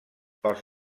pels